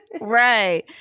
right